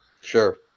Sure